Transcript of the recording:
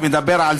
היושב-ראש,